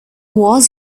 was